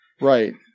Right